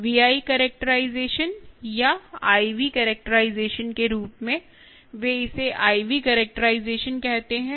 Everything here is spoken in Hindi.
VI कैरेक्टराइजेशन या IV कैरेक्टराइजेशन के रूप में वे इसे IV कैरेक्टराइजेशन कहते हैं